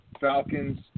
Falcons